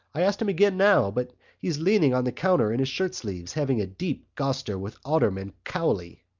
i asked him again now, but he was leaning on the counter in his shirt-sleeves having a deep goster with alderman cowley.